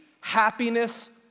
happiness